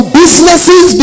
businesses